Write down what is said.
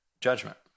judgment